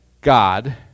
God